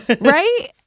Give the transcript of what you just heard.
Right